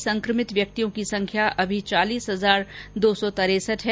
देश में संक्रमित व्यक्तियों की संख्या चालीस हजार दो सौ तिरसठ है